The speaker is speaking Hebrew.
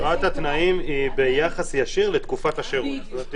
השוואת התנאים היא ביחס ישיר לתקופת השירות.